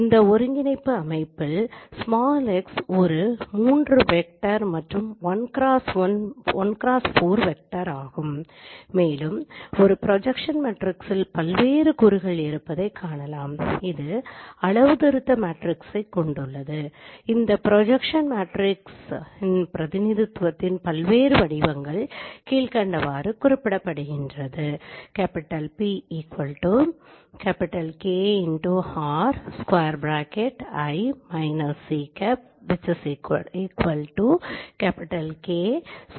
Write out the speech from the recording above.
இந்த ஒருங்கிணைப்பு அமைப்பில் x ஒரு 3 திசையன் மற்றும் 1x 4 திசையன் ஆகும் மேலும் ஒரு ப்ரொஜக்ஸன் மேட்ரிக்ஸில் வெவ்வேறு கூறுகள் இருப்பதைக் காணலாம் இது அளவுத்திருத்த மேட்ரிக்ஸைக் கொண்டுள்ளது இந்த ப்ரொஜக்ஸன் மேட்ரிக்ஸின் பிரதிநிதித்துவத்தின் வெவ்வேறு வடிவங்கள் கீழ்கண்டவாறு குறிப்பிடப்படுகிறது